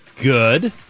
Good